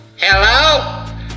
Hello